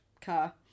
car